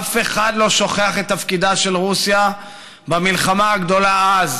אף אחד לא שוכח את תפקידה של רוסיה במלחמה הגדולה אז,